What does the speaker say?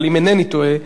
אבל אם אינני טועה,